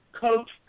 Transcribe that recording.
coach